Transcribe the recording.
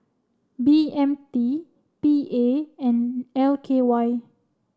B M T P A and L K Y